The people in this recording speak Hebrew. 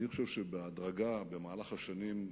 אני חושב שבהדרגה, במהלך השנים,